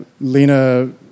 Lena